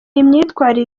imyitwarire